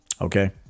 okay